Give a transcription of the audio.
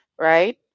right